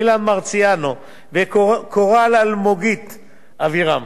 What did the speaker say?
אילן מרסיאנו וקורל-אלמוגית אבירם.